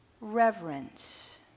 reverence